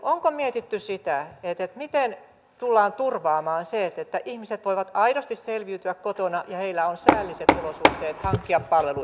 onko mietitty sitä miten tullaan turvaamaan se että ihmiset voivat aidosti selviytyä kotona ja heillä on säälliset olosuhteet hankkia palveluita